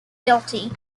guilty